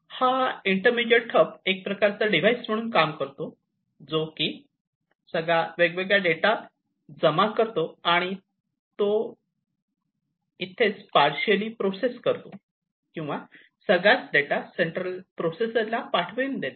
हा intermediate hub अशाप्रकारचा device म्हणून काम करतो जो की हा सगळा वेगवेगळा डेटा जमा करतो आणि एक तर तो त्याला इथेच पारशीली प्रोसेस करतो किंवा सगळ्याच डेटा सेंट्रल प्रोसेसर पाठवून देतो